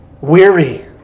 Weary